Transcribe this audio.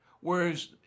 Whereas